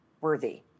worthy